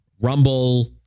Rumble